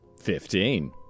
Fifteen